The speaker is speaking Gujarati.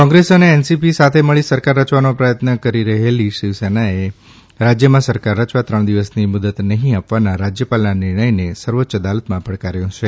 કોંગ્રેસ અને એનસીપી સાથે મળી સરકાર રચવાનો પ્રથત્ન કરી રહેલી શિવસેનાએ રાજયમાં સરકાર રચવા ત્રણ દિવસની મુદતનહી આપવાના રાજયપાલના નિર્ણયને સર્વોચ્ય અદાલતમાં પડકાર્યો છે